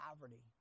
poverty